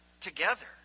together